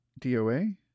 DOA